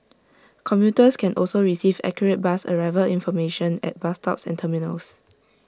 commuters can also receive accurate bus arrival information at bus stops and terminals